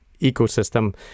ecosystem